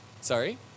sorry